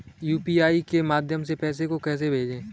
UPI के माध्यम से पैसे को कैसे भेजें?